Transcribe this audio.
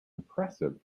impressive